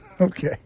Okay